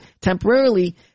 temporarily